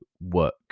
work